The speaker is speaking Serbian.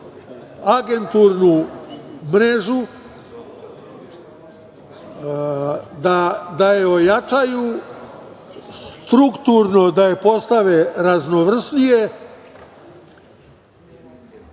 agenturnu mrežu, da je ojačaju, strukturno, da je postave raznovrsnije.